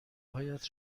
هایت